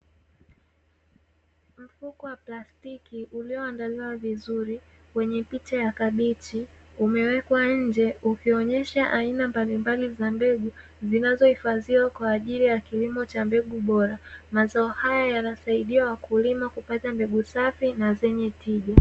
Mfuko wa plastiki ulioandaliwa vizuri wenye picha ya kabichi, umewekwa nje ukionyesha aina mbalimbali za mbegu, zinazohifadhiwa kwa ajili ya kilimo cha mbegu bora. Mazao haya yanasaidia wakulima kupata mbegu safi na zenye tija.